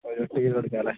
ഒരു എട്ട് കിലോ എടുക്കാമല്ലേ